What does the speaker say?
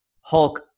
Hulk